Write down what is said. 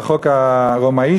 לחוק הרומאי,